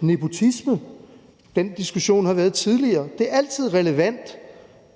nepotisme? Den diskussion har der været tidligere. Det er altid relevant